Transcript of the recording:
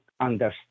understand